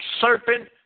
serpent